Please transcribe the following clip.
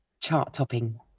chart-topping